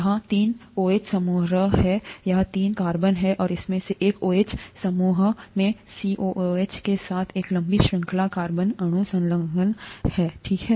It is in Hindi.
यहाँ तीन OH समूह हैं यहाँ तीन कार्बन हैं और इनमें से एक OH समूह में COOH के साथ एक लंबी श्रृंखला कार्बन अणु संलग्न है ठीक है